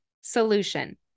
Solution